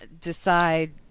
decide